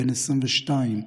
בן 22,